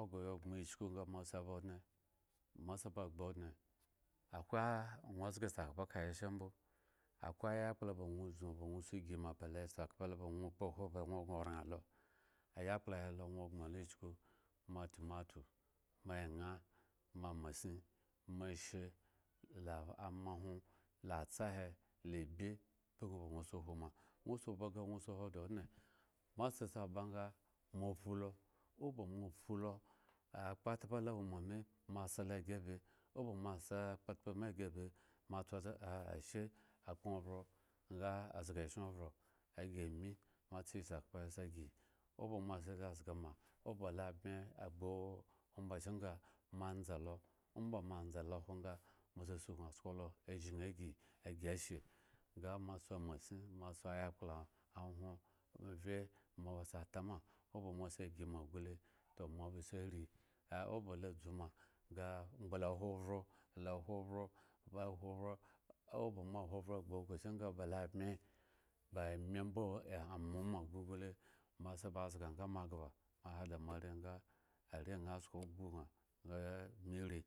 oghre ye gboŋ ichuku nga moasi aba odŋe moasa ba gbu odŋe akwe moazga sa khpa ka he sha mbo akwe ya kpla ba ŋwo zuba ba ŋwo si ygi ma ba sakhpa lo ba ŋwo kpohwo baŋwo gŋoraŋ lo, ayakpla lo ŋwo gboŋ lo ichuku mo tumatu, mo enhra mo masin, mo eshre, la amahwon, la atsa he, la ibye duka ba gŋo si ygi ma, ŋwo si oba nha ŋwo si odi odŋe maasa se ba nga moaphu lo obamo aphu lo a akpatpa la wo ma me, mo ase lo ygi abi, oba mo ase lpatspa me ygi abi mo sa ashe a kpron ovhro nga azga eshen ovhro aygi ami asi sakhpa asi ygi oba mo asi sa zga ma oba lo bmye ovhro gbu omba chken nga moantzalo obamoantza lo hwo nga mo sa suknu sko lo ashin ygi aygi ashe nga mo si masin moasi ayakpla ahwon mvye atama oba moasi ygi ma gu le abase rii obalo dzu ma nga mo bala hwo ovhre bala hwo ovhro ba hwo ovhro gbu okhro chken ba lo bmye ba ami mbo amhmo ma gule moase ba zga nga moaghb si ada moari nga areŋha sko oghbo gŋa nga bmi rii.